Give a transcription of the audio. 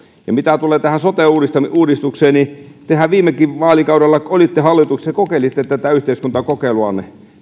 mitä tulee tähän sote uudistukseen niin tehän viime vaalikaudellakin kun olitte hallituksessa kokeilitte tätä yhteiskuntakokeiluanne